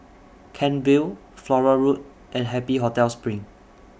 Kent Vale Flora Road and Happy Hotel SPRING